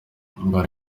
indwara